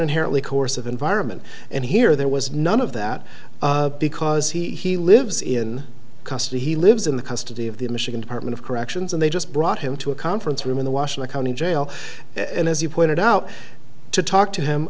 inherently course of environment and here there was none of that because he lives in custody he lives in the custody of the michigan department of corrections and they just brought him to a conference room in the washington county jail and as you pointed out to talk to him